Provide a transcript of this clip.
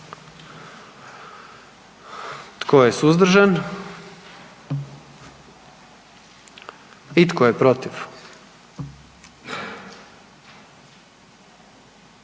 Tko je suzdržan? I tko je protiv?